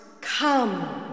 come